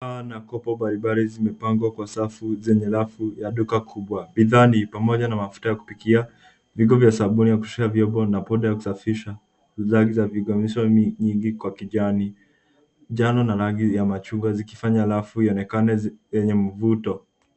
Bidhaa na kopa mbali mbali vimepangwa na safu kwenye rafu ya duka kubwa. Bidhaa ni pamoja na mafuta ya kupikia, viungo vya sabuni ya kuosha vyombo na powder ya kusafisha. Jano na rangi ya machungwa zikifanya kuonekana yenye mvuto.